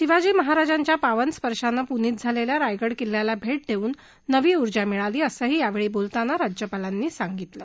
शिवाजी महाराजांच्या पावन स्पर्शानं पुनित झालेल्या रायगड किल्ल्याला भेट देऊन नवी उर्जा मिळाली असही यावेळी बोलताना राज्यपालांनी सांगितलं